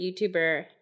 YouTuber